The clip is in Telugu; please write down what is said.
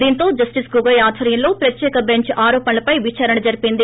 దీంతో జస్షిస్ గగొయ్ ఆధ్వర్యంలో ప్రత్యేక బెంచ్ ఆరోపణలపై విచారణ జరిపింది